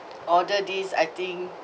order this I think